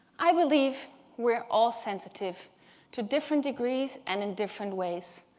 i believe we're all sensitive to different degrees and in different ways.